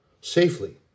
safely